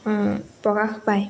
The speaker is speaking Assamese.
প্ৰকাশ পায়